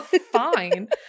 Fine